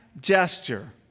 gesture